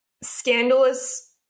scandalous